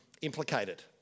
implicated